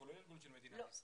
אנחנו לא ארגון של מדינת ישראל.